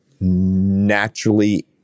naturally